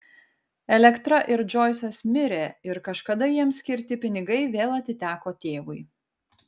elektra ir džoisas mirė ir kažkada jiems skirti pinigai vėl atiteko tėvui